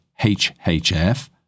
HHF